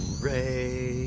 ray,